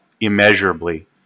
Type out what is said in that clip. immeasurably